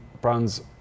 brands